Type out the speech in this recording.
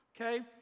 Okay